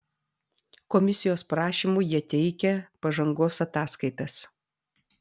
komisijos prašymu jie teikia pažangos ataskaitas